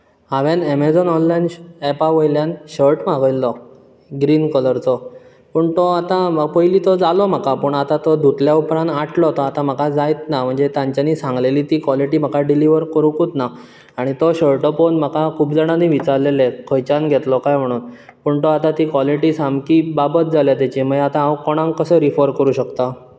हावें Amazon online ऍपा वयल्यान शर्ट मागयल्लो ग्रीन कलरचो पूण तो आतां पयलीं तो जालो म्हाका पूण आतां तो धुतल्या उपरांत आटलो तो आतां म्हाका जायत ना तो म्हणजें तांच्यांनी सांगलेली ती क्वालिटी म्हाका डिलिवर करूंकूच ना आनी तो शर्ट पळोवन म्हाका खूब जाणांनी विचारलेलें खंयच्यान घेतलो कांय म्हणोन पूण तो आतां ती क्वालिटी सामकी बाबत जाल्या तेची मागीर आतां हांव कोणाक कसो रिफर करूंक शकता